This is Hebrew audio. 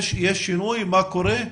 יש שינוי במה שקורה?